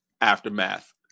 aftermath